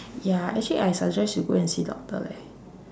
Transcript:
ya actually I suggest you go and see doctor leh